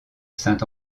saint